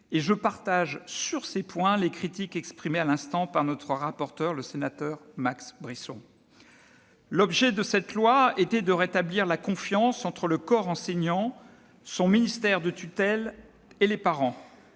Je partage sur ces points les critiques exprimées à l'instant par notre rapporteur, le sénateur Max Brisson. L'objet de cette loi était de rétablir la confiance entre le corps enseignant, son ministère de tutelle et les parents.